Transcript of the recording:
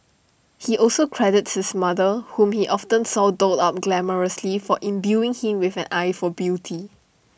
he also credits his mother whom he often saw dolled up glamorously for imbuing him with an eye for beauty